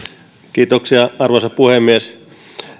kiitoksia arvoisa puhemies